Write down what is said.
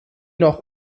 noch